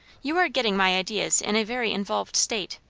you are getting my ideas in a very involved state.